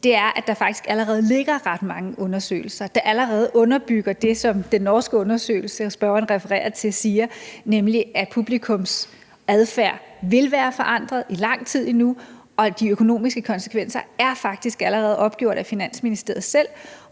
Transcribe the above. med, er, at der faktisk allerede ligger ret mange undersøgelser, der underbygger det, som den norske undersøgelse, som spørgeren refererer til, siger, nemlig at publikums adfærd vil være forandret i lang tid endnu, og at de økonomiske konsekvenser faktisk allerede er opgjort af Finansministeriet selv.